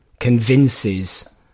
convinces